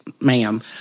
ma'am